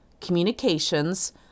communications